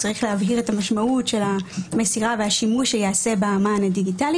צריך להבהיר את המשמעות של המסירה והשימוש שייעשה במען הדיגיטלי